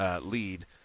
lead